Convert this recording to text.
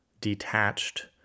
detached